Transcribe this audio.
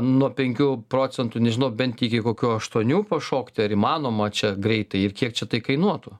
nuo penkių procentų nežinau bent iki kokių aštuonių pašokti ar įmanoma čia greitai ir kiek čia tai kainuotų